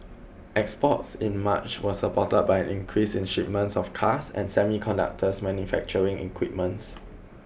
exports in March was supported by an increase in shipments of cars and semiconductor manufacturing equipments